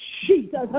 Jesus